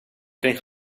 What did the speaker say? kring